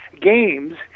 games